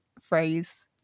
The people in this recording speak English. phrase